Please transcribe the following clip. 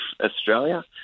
Australia